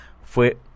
fue